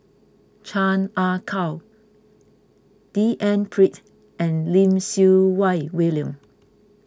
Chan Ah Kow D N Pritt and Lim Siew Wai William